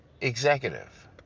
executive